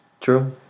True